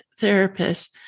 therapists